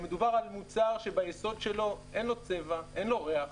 מדובר על מוצר שביסוד שלו אין לו צבע, אין לו ריח,